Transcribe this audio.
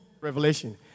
Revelation